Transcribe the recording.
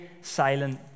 silent